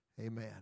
Amen